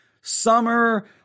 summer